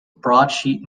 broadsheet